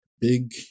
Big